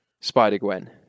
spider-gwen